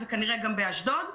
באשדוד.